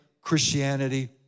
Christianity